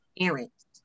parents